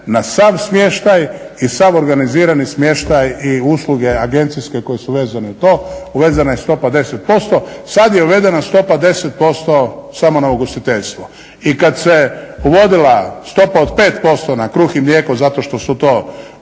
na sav smještaj i sav organizirani smještaj i usluge agencijske koje su vezane uz to. Uvedena je stopa 10%, sad je uvedena stopa 10% samo na ugostiteljstvo. I kad se uvodila stopa od 5% na kruh i mlijeko zato što su to odredbe